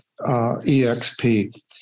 EXP